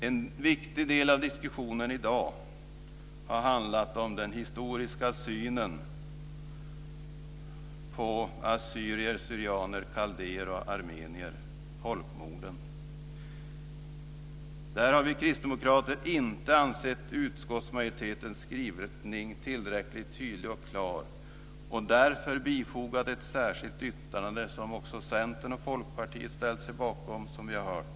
En viktig del av vår diskussion i dag har handlat om den historiska synen på folkmorden på assyrier, syrianer, kaldéer och armenier. Där har vi kristdemokrater inte ansett utskottsmajoritetens skrivning tillräckligt tydlig och klar. Därför har vi bifogat ett särskilt yttrande som också Centern och Folkpartiet har ställt sig bakom, som vi här har hört.